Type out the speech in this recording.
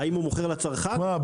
שמע,